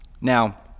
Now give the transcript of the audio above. Now